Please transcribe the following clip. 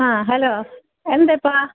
ആ ഹലോ എന്താ ഇപ്പോൾ